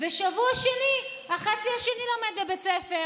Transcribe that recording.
ושבוע שני החצי השני לומד בבית ספר